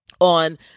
on